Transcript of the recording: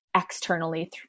externally